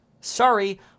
Sorry